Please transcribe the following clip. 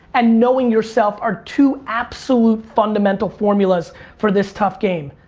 and knowing yourself are two absolute fundamental formulas for this tough game.